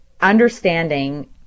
understanding